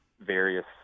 various